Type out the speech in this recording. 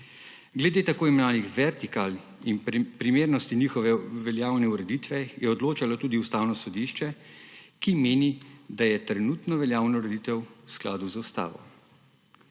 Glede tako imenovanih vertikal in primernosti njihove veljave je odločalo tudi Ustavno sodišče, ki meni, da je trenutno veljavna ureditev v skladu z ustavo.